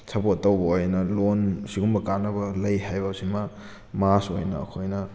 support ꯇꯧꯕ ꯑꯣꯏꯅ ꯂꯣꯟ ꯑꯁꯤꯒꯨꯝꯕ ꯀꯥꯟꯅꯕ ꯂꯩ ꯍꯥꯏꯕꯁꯤꯃ ꯃꯥꯁꯨ ꯑꯩꯅ ꯑꯩꯈꯣꯏꯅ